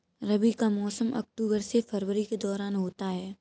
रबी का मौसम अक्टूबर से फरवरी के दौरान होता है